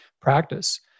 practice